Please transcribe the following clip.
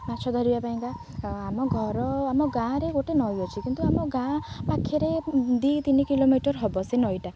ମାଛ ଧରିବା ପାଇଁକା ଆମ ଘର ଆମ ଗାଁରେ ଗୋଟେ ନଈ ଅଛି କିନ୍ତୁ ଆମ ଗାଁ ପାଖେରେ ଦୁଇ ତିନି କିଲୋମିଟର ହେବ ସେ ନଈଟା